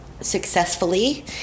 successfully